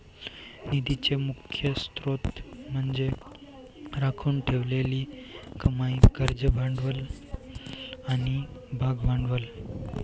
निधीचे मुख्य स्त्रोत म्हणजे राखून ठेवलेली कमाई, कर्ज भांडवल आणि भागभांडवल